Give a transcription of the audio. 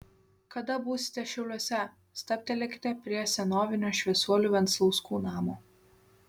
kada būsite šiauliuose stabtelėkite prie senovinio šviesuolių venclauskų namo